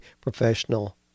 professional